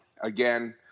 again